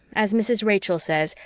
as mrs. rachel says,